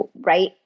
right